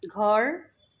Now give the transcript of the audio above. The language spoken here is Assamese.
ঘৰ